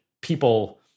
people